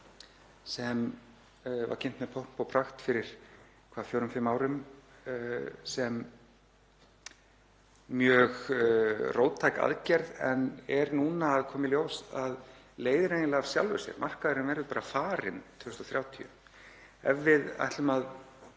sem var kynnt með pompi og prakt fyrir fjórum, fimm árum sem mjög róttæk aðgerð en er núna að koma í ljós að leiðir eiginlega af sjálfu sér. Markaðurinn verður bara farinn 2030. Ef við ætlum að